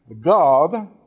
God